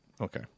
okay